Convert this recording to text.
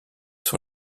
sur